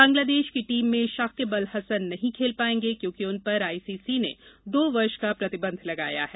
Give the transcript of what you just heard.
बांग्लादेश की टीम में साकिब अल हसन नहीं खेल पाएंगे क्योंकि उन पर आईसीसी ने दो वर्ष का प्रतिबंध लगाया है